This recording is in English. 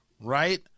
right